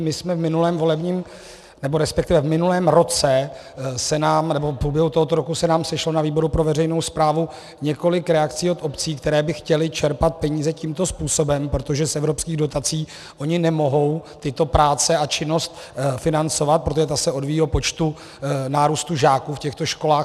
My jsme v minulém volebním... nebo resp. v minulém roce se nám... nebo v průběhu tohoto roku se nám sešlo na výboru pro veřejnou správu několik reakcí od obcí, které by chtěly čerpat peníze tímto způsobem, protože z evropských dotací oni nemohou tyto práce a činnost financovat, protože ta se odvíjí od počtu nárůstu žáků v těchto školách.